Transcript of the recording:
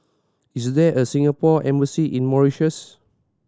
is there a Singapore Embassy in Mauritius